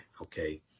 Okay